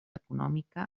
econòmica